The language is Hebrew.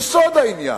ביסוד העניין?